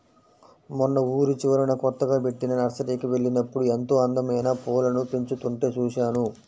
మొన్న ఊరి చివరన కొత్తగా బెట్టిన నర్సరీకి వెళ్ళినప్పుడు ఎంతో అందమైన పూలను పెంచుతుంటే చూశాను